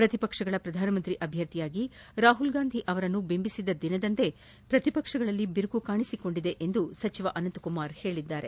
ಪ್ರತಿಪಕ್ಷಗಳ ಪ್ರಧಾನಮಂತ್ರಿ ಅಭ್ಯರ್ಥಿಯಾಗಿ ರಾಮಲ್ಗಾಂಧಿ ಅವರನ್ನು ಬಿಂಬಿಸಿದ ದಿನವೇ ಪ್ರತಿಪಕ್ಷಗಳಲ್ಲಿ ಬಿರುಕು ಕಾಣಿಸಿಕೊಂಡಿದೆ ಎಂದು ಸಚಿವ ಅನಂತ ಕುಮಾರ್ ಹೇಳಿದ್ದಾರೆ